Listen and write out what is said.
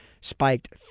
spiked